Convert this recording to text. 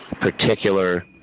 particular